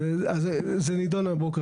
זה נידון הבוקר.